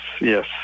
yes